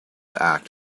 act